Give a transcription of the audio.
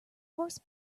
horse